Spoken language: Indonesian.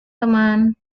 teman